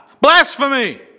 Blasphemy